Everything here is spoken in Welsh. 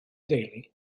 deulu